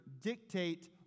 dictate